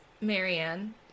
Marianne